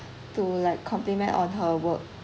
to like compliment on her work